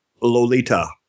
Lolita